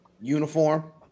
uniform